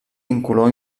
incolor